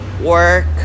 work